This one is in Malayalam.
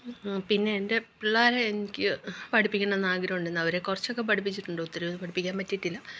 പിന്നെ എൻറ്റെ പിള്ളേരെ എനിക്ക് പഠിക്കണമെന്നാഗ്രഹമുണ്ട് അവരെ കുറച്ചൊക്കെ പഠിപ്പിച്ചിട്ടുണ്ട് ഒത്തിരിയൊന്നും പഠിപ്പിക്കാൻ പറ്റിയിട്ടില്ല